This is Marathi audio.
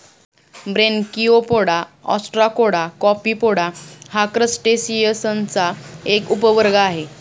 ब्रेनकिओपोडा, ऑस्ट्राकोडा, कॉपीपोडा हा क्रस्टेसिअन्सचा एक उपवर्ग आहे